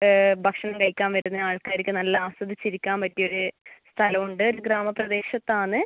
ഭക്ഷണം കഴിക്കാൻ വരുന്ന ആൾക്കാർക്ക് നല്ല ആസ്വദിച്ച് ഇരിക്കാൻ പറ്റിയ ഒരു സ്ഥലം ഉണ്ട് ഒരു ഗ്രാമ പ്രദേശത്താണ്